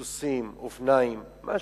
סוסים, אופניים, משהו.